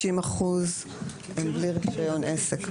90 אחוזים הם בלי רישיון עסק,